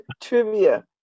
Trivia